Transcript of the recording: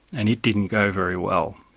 and it didn't go very well.